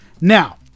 Now